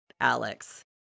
Alex